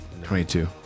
22